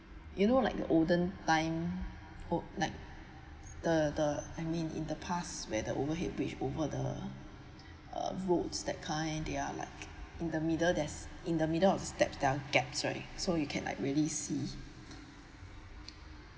you know like the olden time oh like the the I mean in the pass where the overhead bridge over the uh roads that kind that are like in the middle there's in the middle of steps there are gaps right so you can like really see